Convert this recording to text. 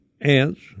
ants